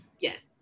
yes